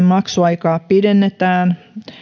maksuaikaa pidennetään